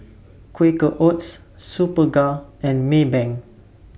Quaker Oats Superga and Maybank